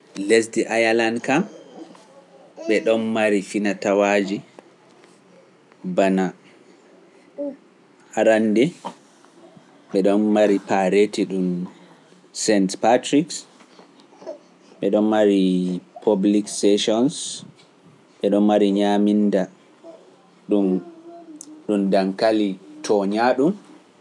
Lesdi Ayalan kam ɓe ɗon mari finatawaaji bana arande, ɓe ɗon mari paareti ɗum Saint Patrik, ɓe ɗon mari public sessions, ɓe ɗon mari ñaaminda ɗum ɗum daŋkali tooña ɗum.